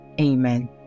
Amen